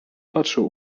patrzył